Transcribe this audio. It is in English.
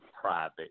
private